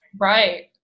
Right